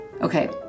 Okay